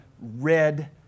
red